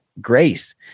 grace